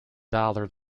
dollar